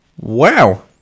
Wow